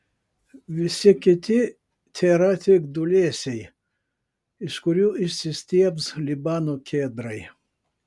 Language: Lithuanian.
visi kiti tėra tik dūlėsiai iš kurių išsistiebs libano kedrai